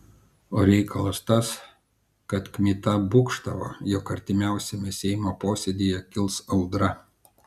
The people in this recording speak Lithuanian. o reikalas tas kad kmita būgštavo jog artimiausiame seimo posėdyje kils audra